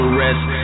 rest